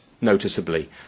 noticeably